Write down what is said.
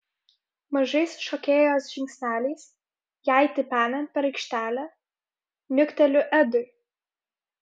mažais šokėjos žingsneliais jai tipenant per aikštelę niukteliu edui